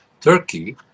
Turkey